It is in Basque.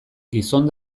gizon